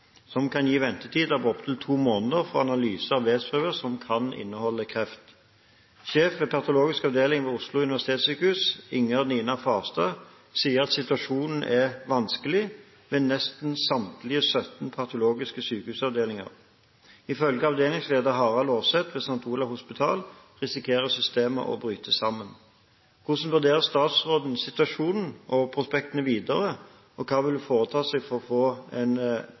som kan gi ventetider på opptil to måneder for analyse av vevsprøver som kan inneholde kreft. Sjef ved patologisk avdeling ved Oslo universitetssykehus, Inger Nina Farstad, sier situasjonen er vanskelig «ved nesten samtlige 17 patologiske sykehusavdelinger». Ifølge avdelingsleder Harald Aarset ved St. Olavs hospital risikerer systemet å bryte sammen. Hvordan vurderer statsråden situasjonen, og prospektene videre, og hva vil hun foreta seg for raskt å få